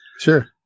Sure